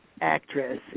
actress